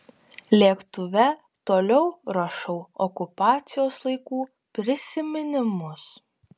lėktuve toliau rašau okupacijos laikų prisiminimus